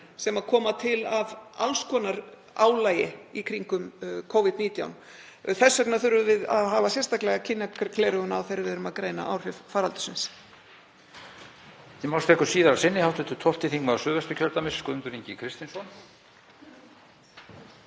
sem koma til af alls konar álagi í kringum Covid-19. Þess vegna þurfum við að hafa sérstaklega kynjagleraugun á þegar við erum að greina áhrif faraldursins.